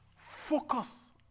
Focus